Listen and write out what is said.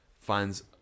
finds